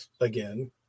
again